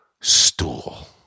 stool